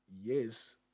yes